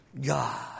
God